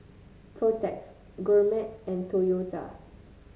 Protex Gourmet and Toyota